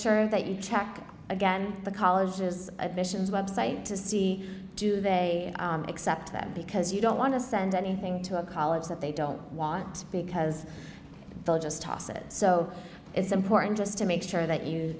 sure that you check again the colleges admissions website to see do they accept that because you don't want to send anything to a college that they don't want to because they'll just toss it so it's important just to make sure that